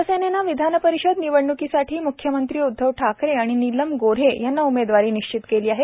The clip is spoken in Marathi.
शिवसेनेनं विधानपरिषद निवडण्कीसाठी म्ख्यमंत्री उदधव ठाकरे आणि नीलम गोऱ्हे यांना उमेदवारी निश्चित केली आहे